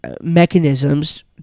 mechanisms